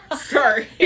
Sorry